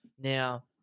Now